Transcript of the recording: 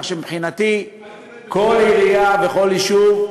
כך שמבחינתי כל עירייה וכל יישוב,